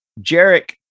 Jarek